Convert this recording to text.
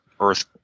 earth